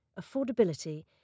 affordability